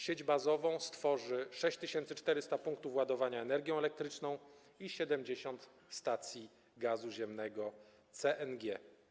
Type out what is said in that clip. Sieć bazową stworzy 6400 punktów ładowania energią elektryczną i 70 stacji gazu ziemnego CNG.